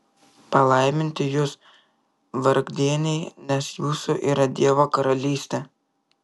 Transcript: palaiminti jūs vargdieniai nes jūsų yra dievo karalystė